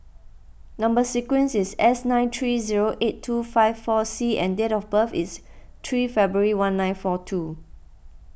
Number Sequence is S nine three zero eight two five four C and date of birth is three February one nine four two